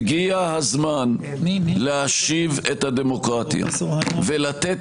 הגיע הזמן להשיב את הדמוקרטיה ולתת